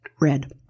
Red